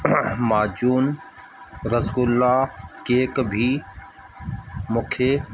माजून रसगुला केक बि मूंखे